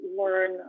learn